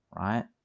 right